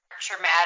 traumatic